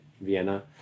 Vienna